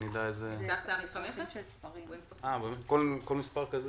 כל מספר כזה